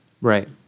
Right